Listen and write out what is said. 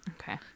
Okay